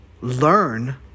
learn